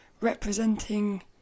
representing